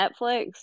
Netflix